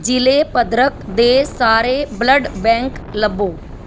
ਜ਼ਿਲ੍ਹੇ ਭਦਰਕ ਦੇ ਸਾਰੇ ਬਲੱਡ ਬੈਂਕ ਲੱਭੋ